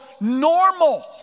normal